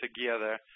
together